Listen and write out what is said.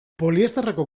poliesterreko